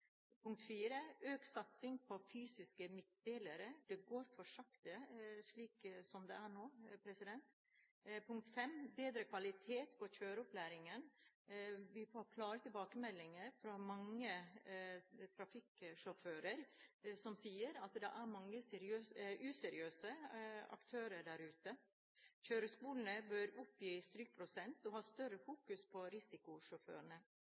økt satsing på fysiske midtdelere. Det går for sakte slik det er nå. 5. Vi må ha bedre kvalitet på kjøreopplæringen. Vi får klare tilbakemeldinger fra mange trafikkskolesjåfører som sier at det er mange useriøse aktører der ute. Kjøreskolene bør oppgi strykprosent og fokusere mer på risikosjåførene.